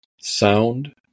sound